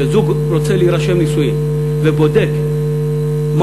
שזוג רוצה להירשם לנישואים ובודק מה